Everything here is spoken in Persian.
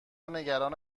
نگران